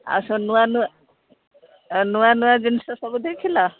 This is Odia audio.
ଆଉ ସବୁ ନୂଆ ନୂଆ ନୂଆ ନୂଆ ଜିନିଷ ସବୁ ଦେଖିଲ